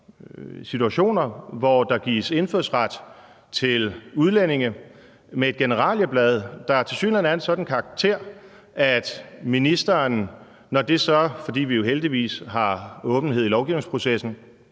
situationer, hvor der gives indfødsret til udlændinge med et generalieblad, der tilsyneladende er af en sådan karakter, at ministeren, når det så – fordi vi jo heldigvis har åbenhed i lovgivningsprocessen